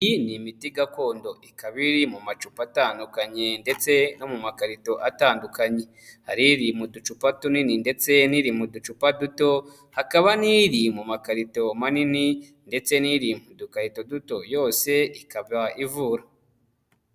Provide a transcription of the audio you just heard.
Iyi ni imiti gakondo ikaba iri mu macupa atandukanye ndetse no mu makarito atandukanye, hariri mu ducupa tunini ndetse n'iri mu ducupa duto, hakaba n'iri mu makarito manini ndetse n'iri mu dukarito duto, yose ikaba ivura.